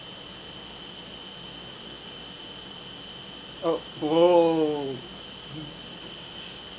oh !whoa!